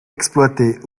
exploitées